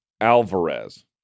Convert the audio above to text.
Alvarez